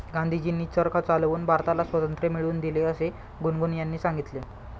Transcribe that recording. गांधीजींनी चरखा चालवून भारताला स्वातंत्र्य मिळवून दिले असे गुनगुन यांनी सांगितले